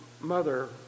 mother